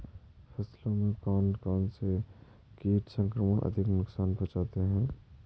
फसलों में कौन कौन से कीट संक्रमण अधिक नुकसान पहुंचाते हैं?